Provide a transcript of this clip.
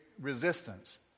resistance